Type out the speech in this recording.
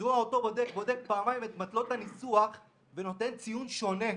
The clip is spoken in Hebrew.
מדוע אותו בודק בודק פעמיים את מטלות הניסוח ונותן ציון שונה?